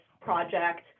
project